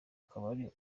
kabari